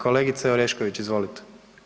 Kolegice Orešković, izvolite.